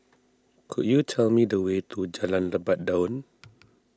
could you tell me the way to Jalan Lebat Daun